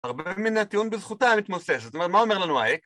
הרבה מן הטיעון בזכותה מתמוסס, זאת אומרת, מה אומר לנו האייק?